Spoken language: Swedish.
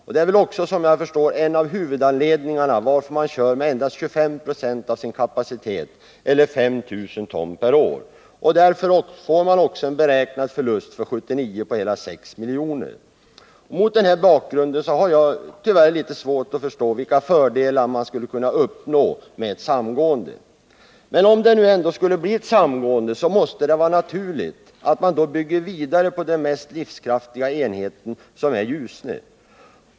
Detta är väl också, som jag förstår, en av huvudanledningarna till att man utnyttjar endast 25 96 av sin kapacitet, vilket betyder 5 000 ton per år. Därmed får man också en beräknad förlust för 1979 på hela 6 miljoner. Mot den bakgrunden har jag tyvärr litet svårt att förstå vilka fördelar man skulle kunna uppnå med ett samgående. Men om det nu ändå skulle bli ett samgående måste det vara naturligt att bygga vidare på den mest livskraftiga enheten, som är Ljusne.